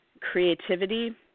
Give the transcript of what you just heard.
creativity